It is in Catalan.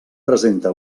presenta